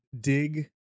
dig